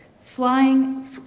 flying